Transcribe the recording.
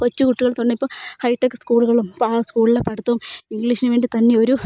കൊച്ചു കുട്ടികൾ തുടങ്ങി ഇപ്പോൾ ഹൈടെക്ക് സ്കൂളുകളും ഇപ്പോൾ ആ സ്കൂളിലെ പഠിത്തവും ഇംഗ്ലീഷിനുവേണ്ടിത്തന്നെ ഒരു